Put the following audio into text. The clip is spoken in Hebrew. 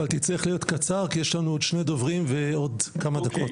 אבל תצטרך להיות קצר כי יש לנו עוד שני דוברים ועוד כמה דקות,